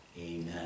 Amen